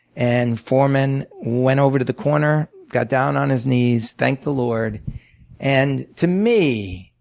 and foreman went over to the corner, got down on his knees, thanked the lord and to me,